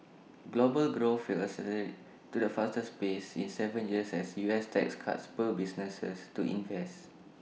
global growth will accelerate to the fastest pace in Seven years as U S tax cuts spur businesses to invest